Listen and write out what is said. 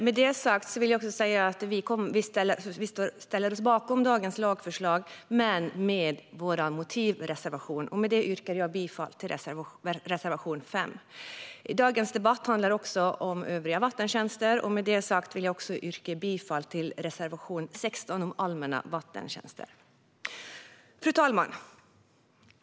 Med det sagt ställer vi oss bakom dagens lagförslag men med vår motivreservation. Jag yrkar bifall till reservation 5. Dagens debatt handlar också om övriga vattentjänster. Jag yrkar därför bifall till reservation 16 om allmänna vattentjänster. Fru talman!